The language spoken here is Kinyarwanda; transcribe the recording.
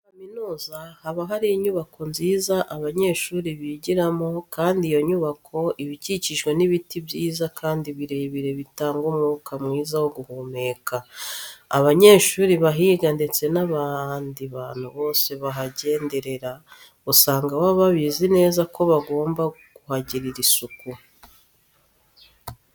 Muri kaminuza haba hari inyubako nziza abanyeshuri bigiramo kandi iyo nyubako iba ikikijwe n'ibiti byiza kandi birebire bitanga umwuka mwiza wo guhumeka. Abanyeshuri bahiga ndetse n'abandi bantu bose bahagenderera, usanga baba babizi neza ko bagomba kuhagirira isuku.